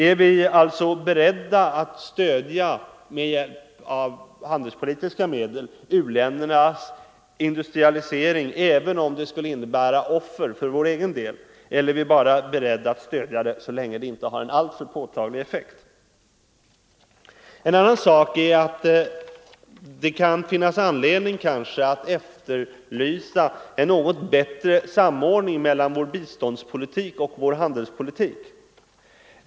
Är vi alltså beredda att med hjälp av handelspolitiska medel stödja u-ländernas industrialisering även om det skulle innebära offer för vår egen del eller är vi bara beredda att stödja en sådan industrialisering så länge det inte har allför påtaglig effekt? En annan sak är att det kan finnas anledning att efterlysa en något bättre samordning mellan vår biståndspolitik och vår handelspolitik.